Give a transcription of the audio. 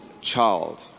child